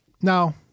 Now